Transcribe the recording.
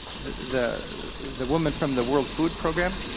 the the woman from the world food program,